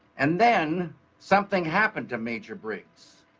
and then something happened to major briggs,